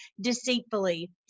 deceitfully